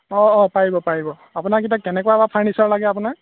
অঁ অঁ পাৰিব পাৰিব আপোনাক এতিয়া কেনেকুৱা ফাৰ্নিচাৰ লাগে আপোনাক